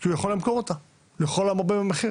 והוא יכול למכור אותה לכל המרבה במחיר